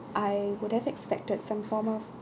I would have expected some form of